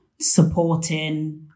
supporting